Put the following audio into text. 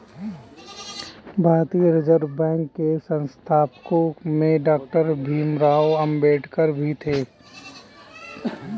भारतीय reserve bank के संस्थापकों में डॉक्टर भीमराव अंबेडकर भी थे